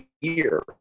year